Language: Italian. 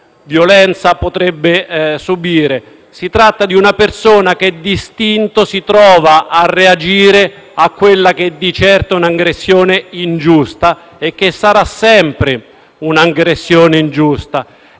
violenza potrebbe subire. Si tratta di una persona che d'istinto si trova a reagire a quella che di certo è un'aggressione ingiusta e che sarà sempre un'aggressione ingiusta.